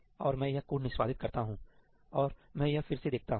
और मैं यह कोड निष्पादित करता हूं और मैं यह फिर से देखता हूं